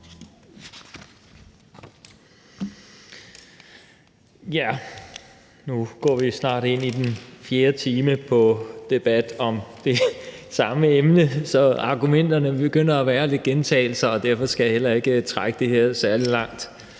tak. Nu går vi snart ind i den fjerde time i debatten om det samme emne, så argumenterne begynder at være lidt gentagelser, og derfor skal jeg heller ikke trække det her særlig langt,